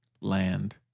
land